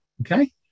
Okay